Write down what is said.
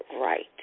right